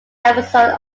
episode